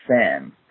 Sam